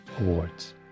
awards